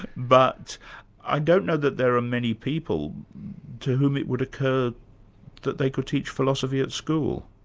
but i don't know that there are many people to whom it would occur that they could teach philosophy at school.